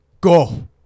Go